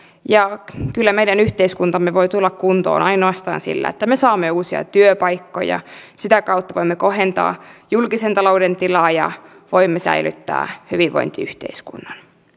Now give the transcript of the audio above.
ja kyllä meidän yhteiskuntamme voi tulla kuntoon ainoastaan sillä että me saamme uusia työpaikkoja sitä kautta voimme kohentaa julkisen talouden tilaa ja voimme säilyttää hyvinvointiyhteiskunnan